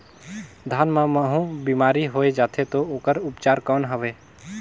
धान मां महू बीमारी होय जाथे तो ओकर उपचार कौन हवे?